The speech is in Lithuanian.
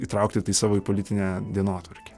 įtraukti tai savo į politinę dienotvarkę